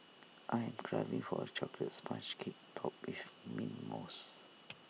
I am craving for A Chocolate Sponge Cake Topped with Mint Mousse